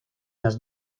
las